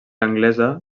anglesa